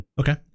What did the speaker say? Okay